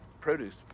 produce